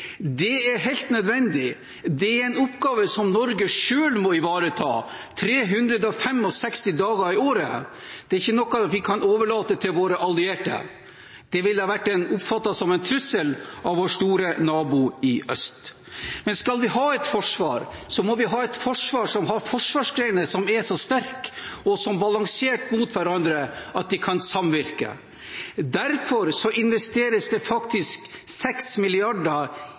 Det er helt nødvendig. Det er en oppgave som Norge selv må ivareta 365 dager i året, det er ikke noe vi kan overlate til våre allierte. Det ville blitt oppfattet som en trussel av vår store nabo i øst. Men skal vi ha et forsvar, må vi ha et forsvar som har forsvarsgrener som er så sterke og så balansert mot hverandre at de kan samvirke. Derfor investeres det